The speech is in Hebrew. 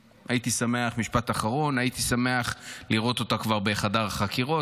משפט אחרון: הייתי שמח לראות אותה כבר בחדר החקירות,